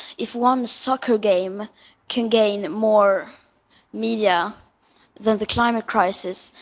if one soccer game can gain more media than the climate crisis,